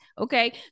Okay